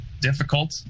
difficult